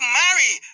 marry